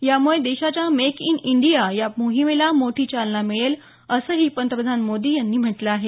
यामुळे देशाच्या make in India या मोहिमेला मोठी चालना मिळेल असंही पंतप्रधान मोदी यांनी म्हटलं आहे